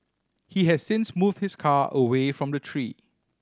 he has since moved his car away from the tree